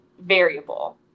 variable